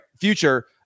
future